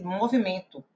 movimento